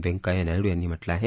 वेंकय्या नायडू यांनी म्हटलं आहे